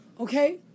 Okay